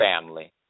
family